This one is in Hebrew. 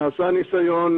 נעשה ניסיון,